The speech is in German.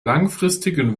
langfristigen